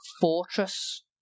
fortress